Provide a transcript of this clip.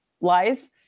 lies